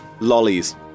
lollies